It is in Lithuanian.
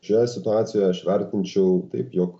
šioje situacijoj aš vertinčiau taip jog